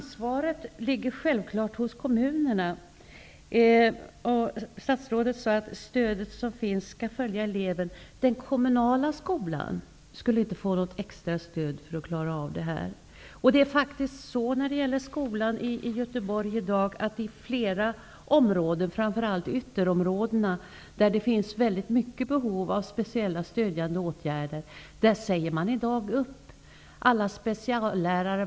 Herr talman! Ansvaret ligger självfallet hos kommunerna. Statsrådet sade att stödet som finns skall följa eleven, men den kommunala skolan skulle inte få något extra stöd för att klara av det här. Det är faktiskt så inom skolan i Göteborg i dag att i flera områden, framför allt i ytterområdena där det finns väldigt stort behov av speciella stödjande åtgärder, säger man i dag upp alla speciallärare.